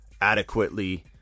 adequately